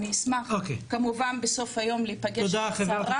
אני אשמח כמובן בסוף היום להיפגש עם השרה.